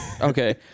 Okay